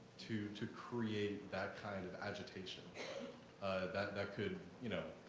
to to create that kind of agitation that that could, you know,